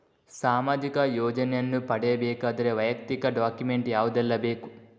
ಸಾಮಾಜಿಕ ಯೋಜನೆಯನ್ನು ಪಡೆಯಬೇಕಾದರೆ ವೈಯಕ್ತಿಕ ಡಾಕ್ಯುಮೆಂಟ್ ಯಾವುದೆಲ್ಲ ಬೇಕು?